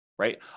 right